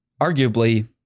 arguably